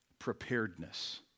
Preparedness